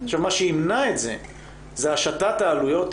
מה שימנע את זה זה השתת העלויות.